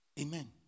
Amen